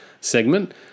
segment